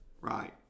right